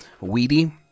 weedy